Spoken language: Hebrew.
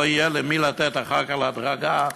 לא יהיה למי לתת אחר כך את ההדרגה,